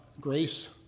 grace